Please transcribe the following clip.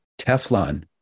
Teflon